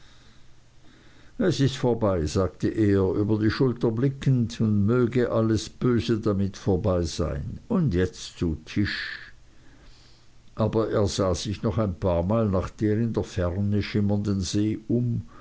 es ist vorbei sagte er über die schulter blickend und möge alles böse damit vorbei sein und jetzt zu tisch aber er sah sich noch ein paarmal nach der in der ferne schimmernden see um